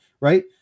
right